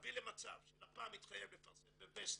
להביא למצב שלפ"מ יתחייב לפרסם בוסטי,